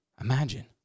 Imagine